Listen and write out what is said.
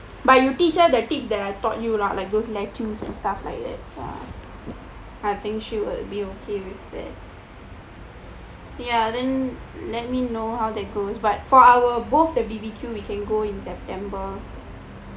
but you teach her the tip that I taught you lah like those lettuce and stuff like that I think she will be ok already ya then let me know how that goes but for our both the B_B_Q we can go in september